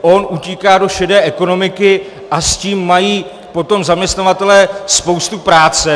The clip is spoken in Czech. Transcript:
On utíká do šedé ekonomiky a s tím mají potom zaměstnavatelé spoustu práce.